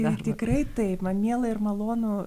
ir tikrai taip man miela ir malonu